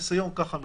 כך הניסיון מלמד.